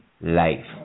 life